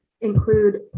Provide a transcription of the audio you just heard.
include